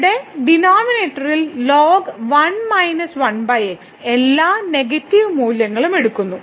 ഇവിടെ ഡിനോമിനേറ്ററിൽ ln1 1x എല്ലാ നെഗറ്റീവ് മൂല്യങ്ങളും എടുക്കുന്നു